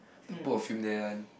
couple of him there one